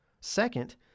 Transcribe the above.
Second